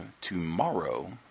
tomorrow